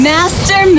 Master